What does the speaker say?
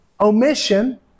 omission